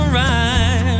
right